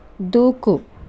దూకు